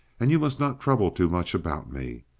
and you must not trouble too much about me.